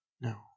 No